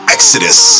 Exodus